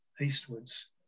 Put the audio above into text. eastwards